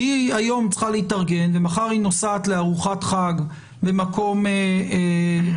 כי היום היא צריכה להתארגן ומחר היא נוסעת לארוחת חג למקום רחוק,